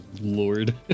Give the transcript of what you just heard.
Lord